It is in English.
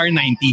R90